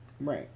right